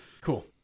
Cool